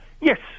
yes